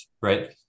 right